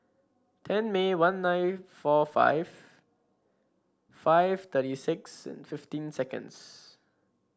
ten May one nine four five five thirty six fifteen seconds